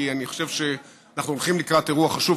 כי אני חושב שאנחנו הולכים לקראת אירוע חשוב,